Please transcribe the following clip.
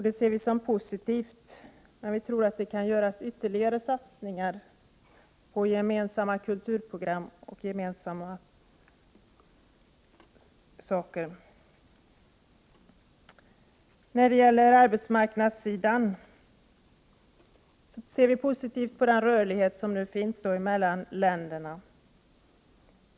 Det ser vi som positivt, men vi tror att det kan göras ytterligare satsningar på gemensamma kulturprogram, m.m. Vi ser positivt på den rörlighet som finns mellan ländernas arbetsmarknader.